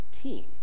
team